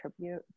tribute